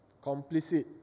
complicit